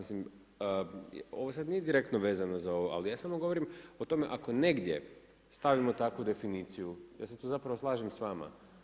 Ovo sada nije direktno vezano za ovo, ali ja samo govorim o tome ako negdje stavimo takvu definiciju, ja se tu zapravo slažem s vama.